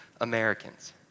Americans